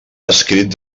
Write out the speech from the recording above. escrit